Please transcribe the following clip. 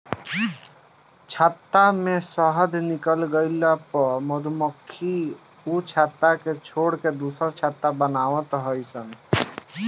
छत्ता में से शहद निकल गइला पअ मधुमक्खी उ छत्ता के छोड़ के दुसर छत्ता बनवत हई सन